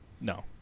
no